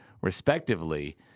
respectively